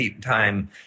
time